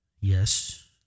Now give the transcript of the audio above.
yes